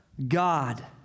God